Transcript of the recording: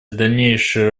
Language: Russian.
дальнейшей